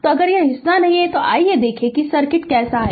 तो अगर यह हिस्सा नहीं है तो आइए देखें कि सर्किट कैसा है